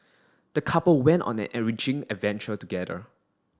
the couple went on an enriching adventure together